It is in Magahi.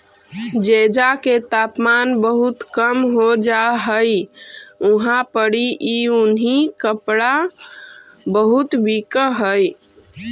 जेजा के तापमान बहुत कम हो जा हई उहाँ पड़ी ई उन्हीं कपड़ा बहुत बिक हई